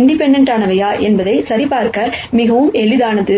independent என்பதை சரிபார்க்க மிகவும் எளிதானது